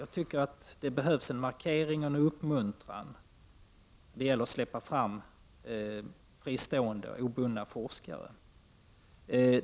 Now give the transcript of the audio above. Jag tycker det behövs en markering och en uppmuntran. Det gäller att släppa fram fristående och obundna forskare.